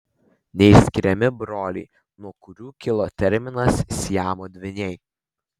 neišskiriami broliai nuo kurių kilo terminas siamo dvyniai